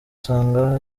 usanga